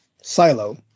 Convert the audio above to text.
Silo